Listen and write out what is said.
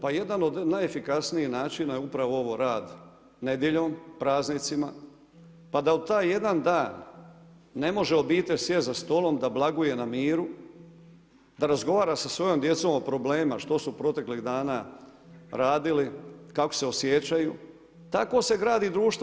Pa jedan od najefikasnijih načina je upravo rad nedjeljom, praznicima, pa da u taj jedan dan ne može obitelj sjesti za stolom da blaguje na miru, da razgovara sa svojom djecom o problemima što su proteklih dana radili, kako se osjećaju, tako se gradi društvo.